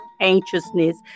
anxiousness